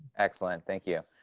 excellent. thank you.